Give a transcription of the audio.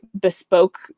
bespoke